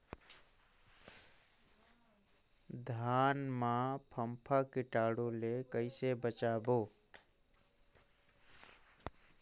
धान मां फम्फा कीटाणु ले कइसे बचाबो?